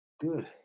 good